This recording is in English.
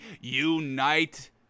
unite